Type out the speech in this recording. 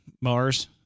mars